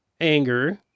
anger